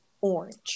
orange